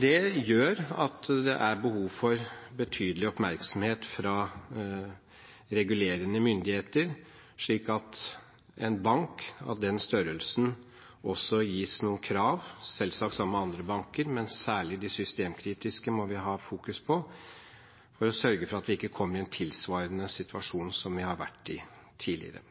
Det gjør at det er behov for betydelig oppmerksomhet fra regulerende myndigheter, slik at en bank av den størrelsen også gis noen krav – selvsagt sammen med andre banker, men vi må særlig ha fokus på de systemkritiske – for å sørge for at vi ikke kommer i en tilsvarende situasjon som vi har vært i tidligere.